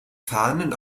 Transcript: fahnen